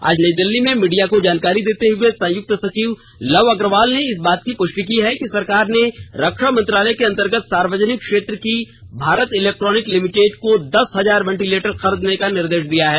आज नई दिल्ली में मीडिया को जानकारी देते हुए संयुक्त सचिव लव अग्रवाल ने इस बात की पुष्टि की है कि सरकार ने रक्षा मंत्रालय के अंतर्गत सार्वजनिक क्षेत्र की भारत इलेक्ट्रोनिक लिमिटेड से दस हजार वेटिलेटर खरीदने का निर्देष दिया है